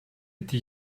did